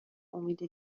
امید